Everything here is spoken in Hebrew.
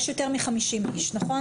יש יותר מ-50, נכון?